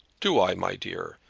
do i, my dear?